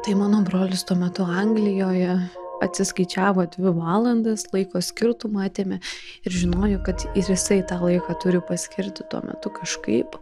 tai mano brolis tuo metu anglijoje atsiskaičiavo dvi valandas laiko skirtumą atėmė ir žinojo kad ir jisai tą laiką turi paskirti tuo metu kažkaip